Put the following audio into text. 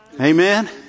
Amen